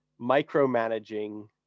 micromanaging